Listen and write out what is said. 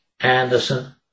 Anderson